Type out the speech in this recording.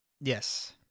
Yes